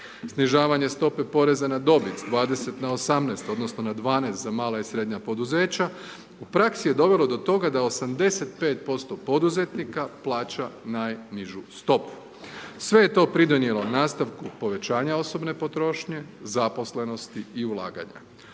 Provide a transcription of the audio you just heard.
Snižavanje stope poreza na dobit s 20 na 18 odnosno na 12 za mala i srednja poduzeća u praksi je dovelo do toga da 85% poduzetnika plaća najnižu stopu. Sve je to pridonijelo nastavku povećanja osobne potrošnje, zaposlenosti i ulaganja.